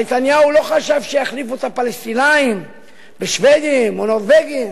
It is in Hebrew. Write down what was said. הרי נתניהו לא חשב שיחליפו את הפלסטינים בשבדים או בנורבגים.